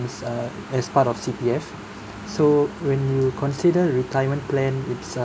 err as part of C_P_F so when you consider the retirement plan it's uh